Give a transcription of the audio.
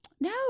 No